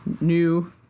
new